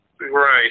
Right